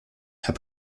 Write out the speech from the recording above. herr